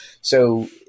So-